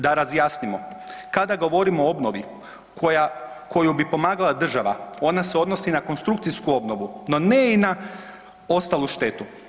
Da razjasnimo, kada govorimo o obnovi koju bi pomagala država ona se odnosi na konstrukcijsku obnovu, no ne i na ostalu štetu.